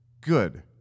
good